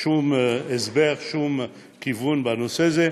שום הסבר, שום כיוון בנושא הזה.